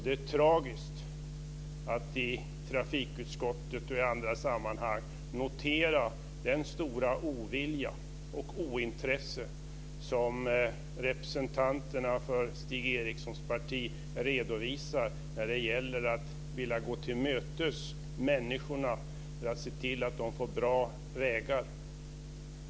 Det är tragiskt att i trafikutskottet och i andra sammanhang notera den stora ovilja och det ointresse som representanterna för Stig Erikssons parti redovisar när det gäller att vilja gå människorna till mötes för att se till att de får bra vägar.